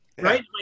right